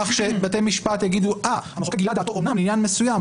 כך שבתי משפט יגידו: המחוקק גילה דעתו אומנם לעניין מסוים,